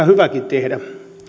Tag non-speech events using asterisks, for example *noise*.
*unintelligible* hyväkin tehdä